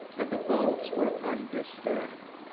and the bolts were undisturbed.